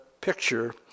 picture